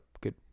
good